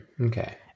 Okay